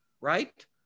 right